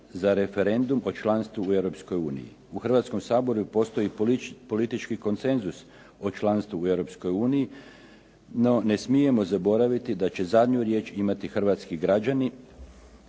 za referendum o članstvu u Europskoj uniji. U Hrvatskom saboru postoji politički konsenzus o članstvu u Europskoj uniji, no ne smijemo zaboraviti da će zadnju riječ imati hrvatski građani